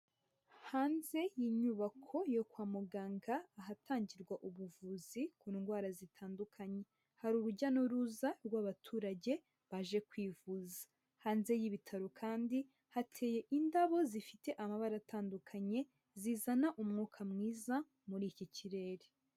Hanze y'inyubako yo kwa muganga ahatangirwa ubuvuzi ku ndwara zitandukanye hari urujya n'uruza rw'abaturage baje kwivuza, hanze y'ibitaro kandi hateye indabo zifite amabara atandukanye zizana umwuka mwiza muri iki kirere.